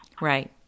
Right